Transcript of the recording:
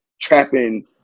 trapping